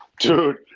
Dude